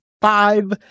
five